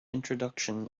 introduction